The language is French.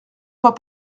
fois